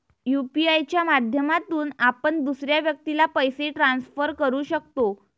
UPI च्या माध्यमातून आपण दुसऱ्या व्यक्तीला पैसे ट्रान्सफर करू शकतो